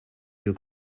you